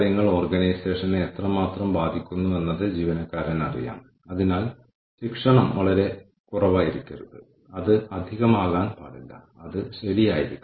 തുടർന്ന് ഓർഗനൈസേഷൻ വിടുന്ന ആളുകൾക്കായി നമ്മൾ എക്സിറ്റ് അഭിമുഖങ്ങൾ നടത്തുന്നു